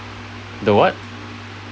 the what